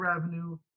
revenue